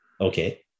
Okay